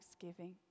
thanksgiving